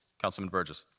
councilman burgess.